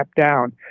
down